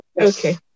Okay